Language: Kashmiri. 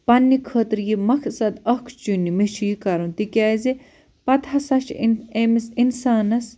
پَنٕنہِ خٲطرٕ یہِ مقصد اَکھ چُنہِ مےٚ چھُ یہِ کَرُن تِکیٛازِ پَتہٕ ہسا چھِ أمۍ أمِس اِنسانَس